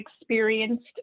experienced